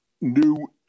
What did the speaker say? new